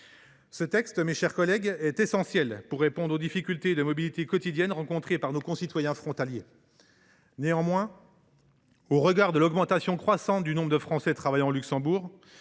Mes chers collègues, ce texte test essentiel pour répondre aux difficultés de mobilité quotidiennes rencontrées par nos concitoyens frontaliers. Néanmoins, au regard de l’augmentation croissante du nombre de Français travaillant au Luxembourg